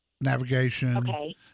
navigation